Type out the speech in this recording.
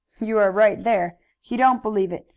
you are right there. he don't believe it,